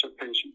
patient